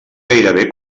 gairebé